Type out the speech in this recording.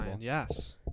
Yes